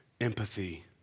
empathy